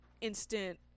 instant